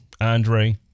Andre